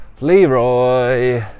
Leroy